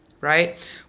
right